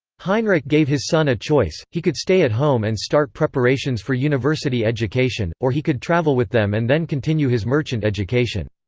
heinrich gave his son a choice he could stay at home and start preparations for university education, or he could travel with them and then continue his merchant education.